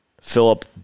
Philip